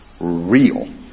real